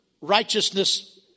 righteousness